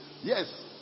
yes